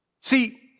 See